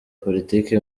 politiki